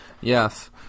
Yes